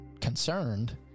concerned